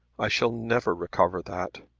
i shall never recover that.